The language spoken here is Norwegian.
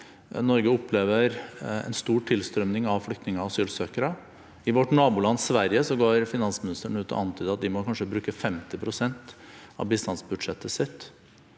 Norge opplever en stor tilstrømning av flyktninger og asylsøkere. I vårt naboland Sverige går finansministeren ut og antyder at de kanskje må bruke 50 pst. av bistandsbudsjettet sitt